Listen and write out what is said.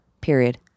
Period